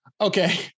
Okay